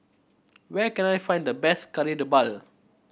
where can I find the best Kari Debal